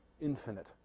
infinite